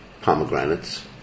pomegranates